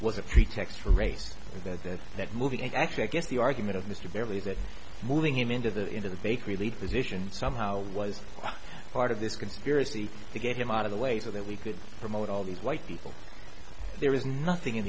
was a pretext for race or that that movie actually i guess the argument of mr barely that moving him into the into the bakery lead position somehow was part of this conspiracy to get him out of the way so that we could promote all these white people there is nothing in